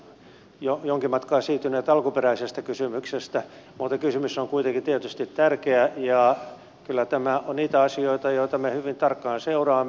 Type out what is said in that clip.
olemme tietysti jo jonkin matkaa siirtyneet alkuperäisestä kysymyksestä mutta kysymys on tietysti kuitenkin tärkeä ja kyllä tämä on niitä asioita joita me hyvin tarkkaan seuraamme